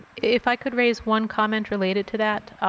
if i could raise one comment related to that,